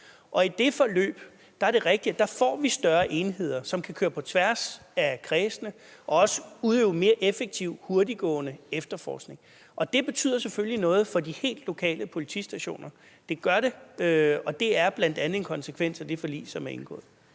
at vi får større enheder, som kan køre på tværs af kredsene, og som også kan udøve mere effektiv, hurtiggående efterforskning. Det betyder selvfølgelig noget for de helt lokale politistationer – det gør det – og det er bl.a. en konsekvens af det forlig, som er indgået.